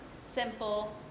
simple